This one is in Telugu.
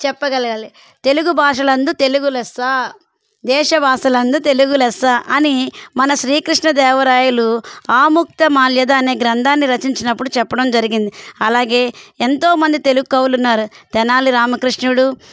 చెప్పగలగాలి తెలుగు భాషలందు తెలుగు లెస్స దేశభాషలందు తెలుగు లెస్స అని మన శ్రీకృష్ణదేవరాయలు ఆముక్తమాల్యద అనే గ్రంథాన్ని రచించినప్పుడు చెప్పడం జరిగింది అలాగే ఎంతో మంది తెలుగు కవులు ఉన్నారు తెనాలి రామకృష్ణుడు